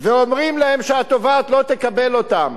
ואומרים להם שהתובעת לא תקבל אותם,